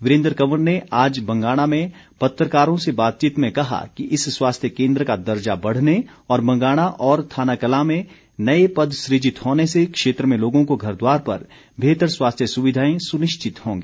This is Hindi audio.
वीरेन्द्र कवर ने आज बंगाणा में पत्रकारों से बातचीत में कहा कि इस स्वास्थ्य केन्द्र का दर्जा बढ़ने और बंगाणा और थाना कलां में नए पद सुजित होने से क्षेत्र में लोगों को घरद्वार पर बेहतर स्वास्थ्य सुविधाएं सुनिश्चित होंगी